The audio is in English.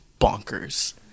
bonkers